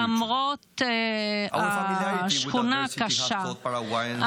למרות השכונה הקשה,